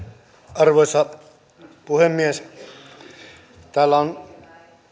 arvoisa puhemies täällä on